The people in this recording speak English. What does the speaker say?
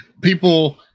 people